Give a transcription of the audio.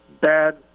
bad